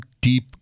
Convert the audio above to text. deep